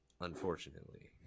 unfortunately